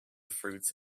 fruits